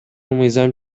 мыйзам